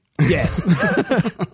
Yes